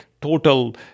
total